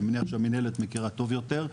אני מניח שהמנהלת מכירה טוב יותר,